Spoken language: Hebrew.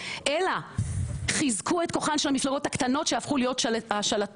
אלה חיזקו את כוחן של המפלגות הקטנות שהפכו להיות השולטות,